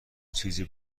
چیزی